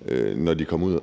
og som kom ud